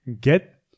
Get